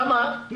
לא.